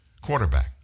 quarterback